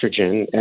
estrogen